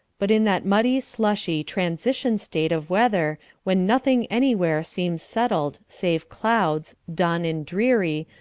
but in that muddy slushy, transition state of weather when nothing anywhere seems settled save clouds, dun and dreary,